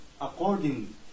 according